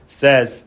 says